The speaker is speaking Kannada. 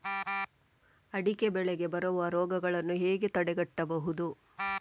ಅಡಿಕೆ ಬೆಳೆಗೆ ಬರುವ ರೋಗಗಳನ್ನು ಹೇಗೆ ತಡೆಗಟ್ಟಬಹುದು?